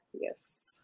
Yes